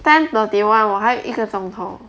ten thirty one 我还有一个钟头